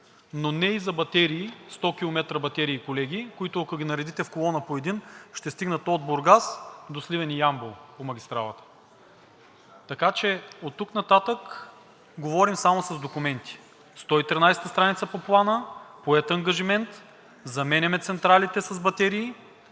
но не и за батерии – 100 км батерии, колеги, които, ако ги наредите в колона по една, ще стигнат от Бургас до Сливен и Ямбол по магистралата. Така че оттук нататък говорим само с документи – страница 113 от Плана – поет ангажимент, заменяме централите с батерии,